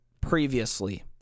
previously